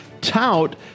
tout